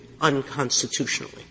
unconstitutionally